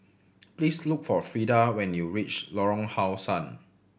please look for Frida when you reach Lorong How Sun